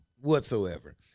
Whatsoever